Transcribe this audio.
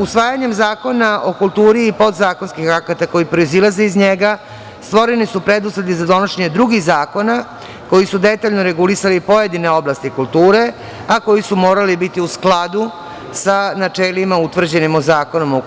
Usvajanjem Zakona o kulturi i podzakonskih akata koji proizilaze iz njega stvoreni su preduslovi za donošenje drugih zakona koji su detaljno regulisali pojedine oblasti kulture, a koji su morali biti u skladu sa načelima utvrđenim u Zakonu o